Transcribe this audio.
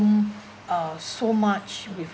uh so much with